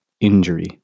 injury